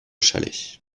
chalet